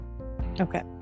Okay